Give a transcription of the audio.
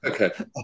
Okay